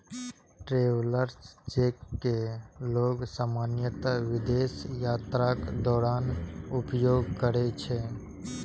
travellers cheque कें लोग सामान्यतः विदेश यात्राक दौरान उपयोग करै छै